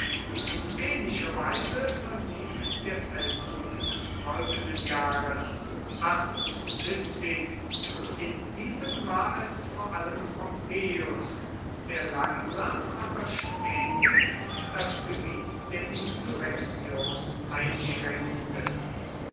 in ähnlicher weise verlief der feldzug des folgenden jahres in diesem war es vor allem pompeius der langsam aber stetig das gebiet der insurrektion einschränkte